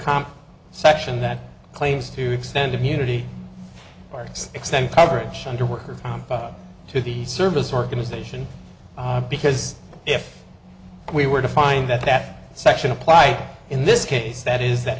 comp section that claims to extend immunity marks extend coverage under worker's comp to the service organization because if we were to find that that section applied in this case that is that